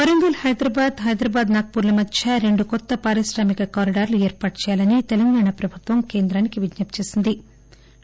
Warangal Hyderabad Hyderabad Nagpur మధ్య రెండు కొత్త పారిశ్రామిక కారిడార్లు ఏర్పాటు చేయాలని తెలంగాణ ప్రభుత్వం కేంద్రానికి విజ్నప్తి చేసింది